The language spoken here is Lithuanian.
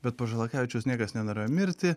bet po žalakevičiaus niekas nenorėjo mirti